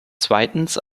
zweitens